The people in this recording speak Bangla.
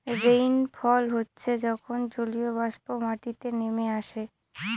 রেইনফল হচ্ছে যখন জলীয়বাষ্প মাটিতে নেমে আসে